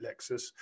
Lexus